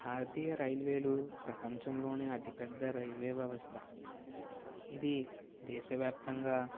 భారతీయ రైల్వేలు ప్రపంచంలోనే అతిపెద్ద రైల్వే వ్యవస్థ ఇది దేశవ్యాప్తంగా